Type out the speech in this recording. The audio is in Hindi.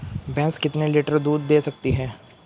भैंस कितने लीटर तक दूध दे सकती है?